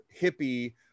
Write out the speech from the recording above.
hippie